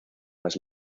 más